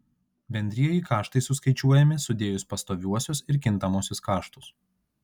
bendrieji kaštai suskaičiuojami sudėjus pastoviuosius ir kintamuosius kaštus